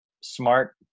smart